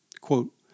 quote